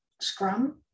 Scrum